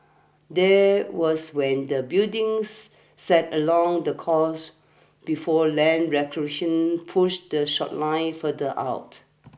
that was when the buildings sat along the coast before land reclamation push the short line further out